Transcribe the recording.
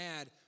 add